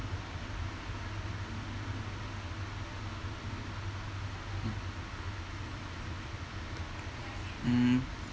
mm